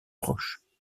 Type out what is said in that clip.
proches